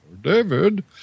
David